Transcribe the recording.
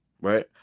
right